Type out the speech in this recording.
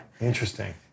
Interesting